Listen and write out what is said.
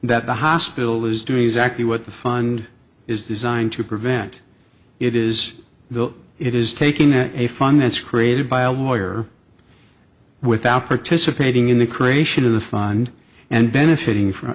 that the hospital is doing exactly what the fund is designed to prevent it is the it is taking a fund that's created by a lawyer without participating in the creation of the fund and benefiting from